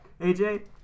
AJ